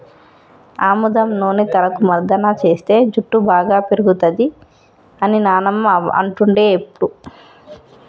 ఆముదం నూనె తలకు మర్దన చేస్తే జుట్టు బాగా పేరుతది అని నానమ్మ అంటుండే ఎప్పుడు